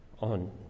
on